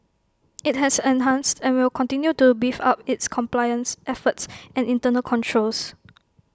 IT has enhanced and will continue to beef up its compliance efforts and internal controls